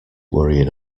worrying